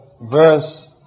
verse